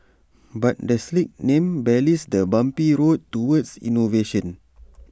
but the slick name belies the bumpy road towards innovation